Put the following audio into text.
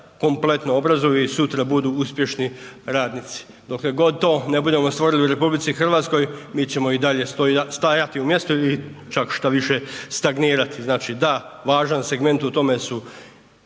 kompletno obrazuju i sutra budu uspješni radnici. Dokle god to ne budemo stvorili u RH, mi ćemo i dalje stajati u mjestu i čak štoviše stagnirati. Da, važan segment u tome su